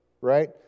right